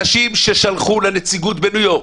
אנשים ששלחו לנציגות בניו-יורק,